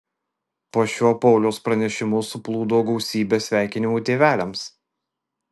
po šiuo pauliaus pranešimu suplūdo gausybė sveikinimų tėveliams